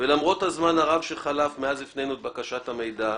ולמרות הזמן הרב שחלף מאז הפנינו את בקשת המידע,